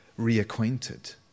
reacquainted